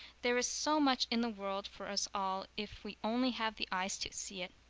there is so much in the world for us all if we only have the eyes to see it,